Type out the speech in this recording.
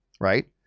right